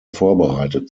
vorbereitet